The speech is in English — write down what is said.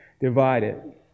divided